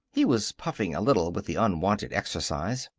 he was puffing a little with the unwonted exercise.